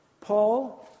Paul